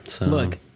Look